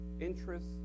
interest